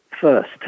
first